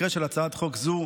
ובמקרה של הצעת חוק זו,